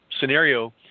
scenario